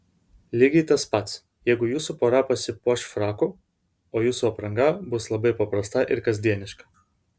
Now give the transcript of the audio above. lygiai tas pats jeigu jūsų pora pasipuoš fraku o jūsų apranga bus labai paprasta ir kasdieniška